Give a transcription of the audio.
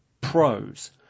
Pros